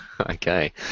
Okay